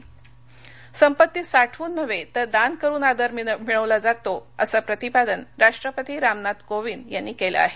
कोविंद संपत्ती साठवून नव्हे तर दान करून आदर मिळवला जातो असं प्रतिपादन राष्ट्रपती रामनाथ कोविंद यांनी केलं आहे